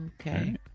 Okay